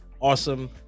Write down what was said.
Awesome